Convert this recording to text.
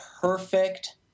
perfect